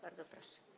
Bardzo proszę.